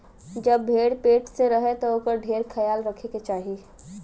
जब भेड़ पेट से रहे तब ओकर ढेर ख्याल रखे के चाही